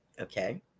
Okay